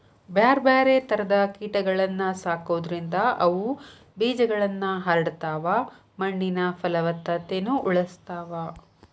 ಬ್ಯಾರ್ಬ್ಯಾರೇ ತರದ ಕೇಟಗಳನ್ನ ಸಾಕೋದ್ರಿಂದ ಅವು ಬೇಜಗಳನ್ನ ಹರಡತಾವ, ಮಣ್ಣಿನ ಪಲವತ್ತತೆನು ಉಳಸ್ತಾವ